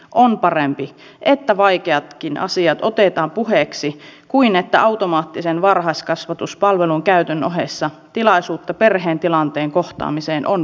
on parempi että vaikeatkin asiat otetaan puheeksi kuin että automaattisen varhaiskasvatuspalvelun käytön ohessa tilaisuuksia perheen tilanteen kohtaamiseen on vähemmän